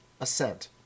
assent